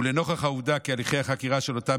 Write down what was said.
ולנוכח העובדה כי הליכי החקירה של אותם